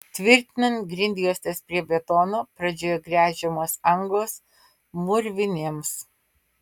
tvirtinant grindjuostes prie betono pradžioje gręžiamos angos mūrvinėms